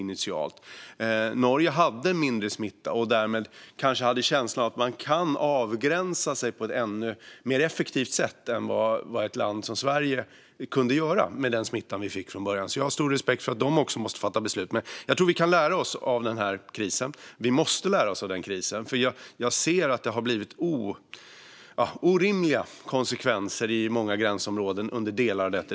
Norge hade mindre smitta och därmed kanske känslan att man kunde avgränsa sig på ett mer effektivt sätt än vad ett land som Sverige kunde göra. Jag har stor respekt för att de måste fatta sina beslut. Jag tror att vi kan lära oss av den här krisen. Vi måste lära oss av den. Jag ser att det har blivit orimliga konsekvenser i många gränsområden under delar av detta.